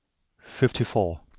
fifty four.